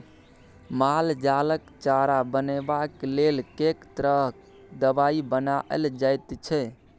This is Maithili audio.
माल जालक चारा बनेबाक लेल कैक तरह दवाई मिलाएल जाइत छै